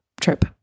trip